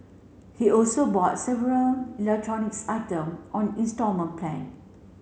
he also bought several electronics item on installment plan